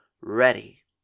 ready